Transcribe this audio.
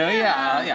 ah yeah, yeah.